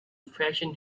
fashion